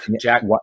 Jack